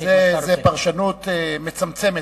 זו פרשנות מצמצמת,